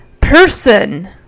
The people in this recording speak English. person